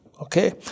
Okay